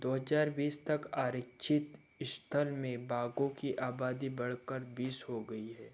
दो हजार बीस तक आरक्षित स्थल में बाघों की आबादी बढ़कर बीस हो गई है